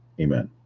Amen